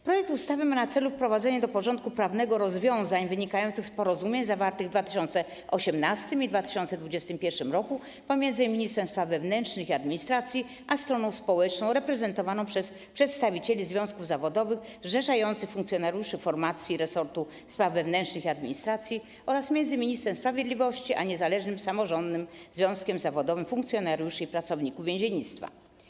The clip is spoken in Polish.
Projekt ustawy ma na celu wprowadzenie do porządku prawnego rozwiązań wynikających z porozumień zawartych w 2018 r. i 2021 r. pomiędzy ministrem spraw wewnętrznych i administracji a stroną społeczną reprezentowaną przez przedstawicieli związków zawodowych zrzeszających funkcjonariuszy formacji resortu spraw wewnętrznych i administracji oraz między ministrem sprawiedliwości a Niezależnym Samorządnym Związkiem Zawodowym Funkcjonariuszy i Pracowników Więziennictwa.